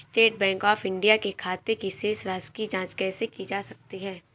State Bank of India के खाते की शेष राशि की जॉंच कैसे की जा सकती है?